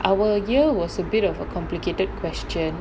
our year was a bit of a complicated question